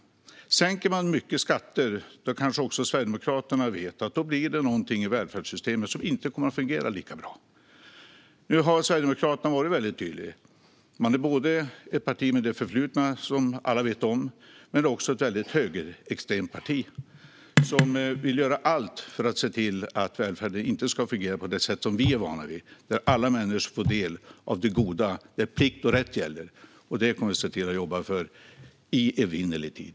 Kanske vet också Sverigedemokraterna att om man sänker skatter mycket kommer något i välfärdssystemet inte att fungera lika bra. Sverigedemokraterna har dock varit tydliga. Man är både ett parti med ett förflutet som alla vet om och ett högerextremt parti som vill göra allt för att välfärden inte ska fungera på det sätt som vi är vana vid där alla människor får del av det goda och där plikt och rätt gäller - något som vi kommer att jobba för i evinnerlig tid.